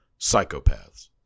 psychopaths